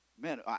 Man